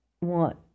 want